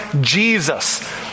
Jesus